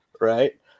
right